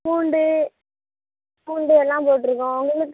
பூண்டு பூண்டு எல்லாம் போட்டிருக்கோம் உங்களுக்கு